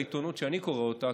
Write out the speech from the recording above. בעיתונות שאני קורא אותה,